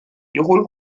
juhul